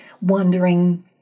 wondering